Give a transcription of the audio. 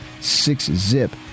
Six-zip